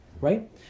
right